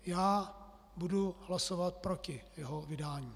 Já budu hlasovat proti jeho vydání.